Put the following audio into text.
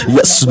Yes